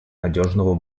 надежного